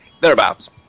Thereabouts